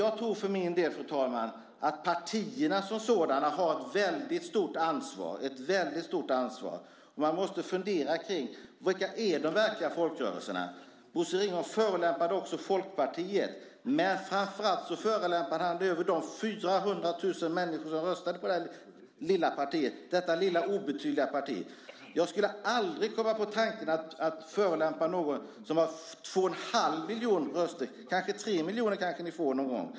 Jag tror för min del, fru talman, att partierna som sådana har ett väldigt stort ansvar. Man måste fundera kring vilka de verkliga folkrörelserna är. Bosse Ringholm förolämpade också Folkpartiet, men framför allt förolämpade han de 400 000 människor som röstade på det lilla partiet, detta lilla obetydliga parti. Jag skulle aldrig komma på tanken att förolämpa någon som hade två och en halv miljon röster - kanske får ni tre miljoner någon gång.